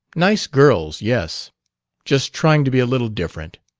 nice girls, yes just trying to be a little different.